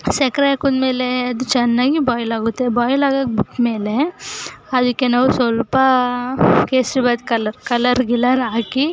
ಸಕ್ಕರೆ ಹಾಕಿದ್ಮೇಲೆ ಅದು ಚೆನ್ನಾಗಿ ಬಾಯ್ಲಾಗುತ್ತೆ ಬಾಯ್ಲಾಗೋಕೆ ಬಿಟ್ಟ್ಮೇಲೆ ಅದಕ್ಕೆ ನಾವು ಸ್ವಲ್ಪ ಕೇಸರಿಬಾತು ಕಲ್ಲರ್ ಕಲ್ಲರ್ ಗಿಲ್ಲರ್ ಹಾಕಿ